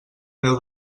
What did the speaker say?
déu